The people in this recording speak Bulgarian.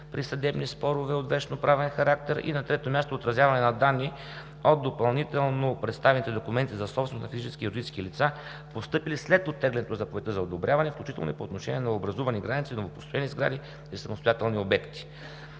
при съдебни спорове от вещно-правен характер. 3. Отразяване на данни от допълнително представените документи за собственост на физически и юридически лица, постъпили след оттеглянето на заповедта за одобряване, включително и по отношение на образувани граници, новопостроени сгради и самостоятелни обекти.